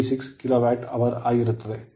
36 kilowatt hour ಆಗಿರುತ್ತದೆ